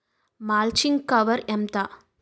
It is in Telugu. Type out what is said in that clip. మల్చింగ్ కవర్ ఎంత?